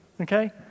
Okay